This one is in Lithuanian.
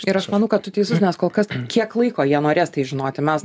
ir aš manau kad tu teisus nes kol kas kiek laiko jie norės tai žinoti mes